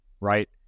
right